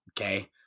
okay